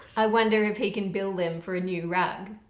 i wonder if he can bill them for a new rug?